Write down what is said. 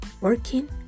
working